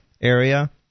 area